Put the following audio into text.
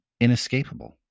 inescapable